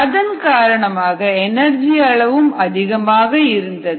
அதன் காரணமாக எனர்ஜி அளவும் அதிகமாக இருந்தது